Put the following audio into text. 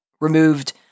removed